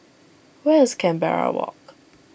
where is Canberra Walk